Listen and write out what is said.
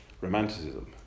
Romanticism